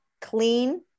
clean